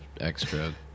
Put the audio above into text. extra